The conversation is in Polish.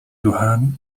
duchami